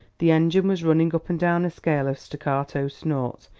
the engine was running up and down a scale of staccato snorts,